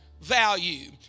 value